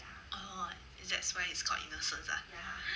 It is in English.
oh is that why it's called innocence ah